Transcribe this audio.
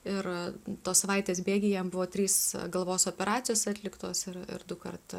ir tos savaitės bėgyje jam buvo trys galvos operacijos atliktos ir ir dukart